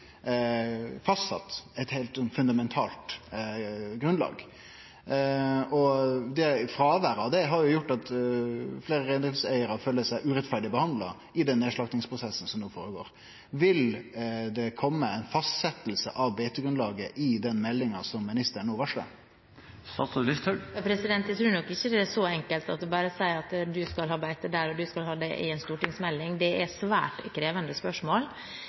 heilt fundamentalt. Fråvær av det har gjort at fleire reineigarar føler seg urettferdig behandla i den nedslaktingsprosessen som no føregår. Vil det kome forslag til ei fastsetjing av beitegrunnlaget i den meldinga som ministeren no varslar? Jeg tror nok ikke det er så enkelt som bare å si at du skal ha beite der, og du skal ha det der, i en stortingsmelding. Det er et svært krevende spørsmål,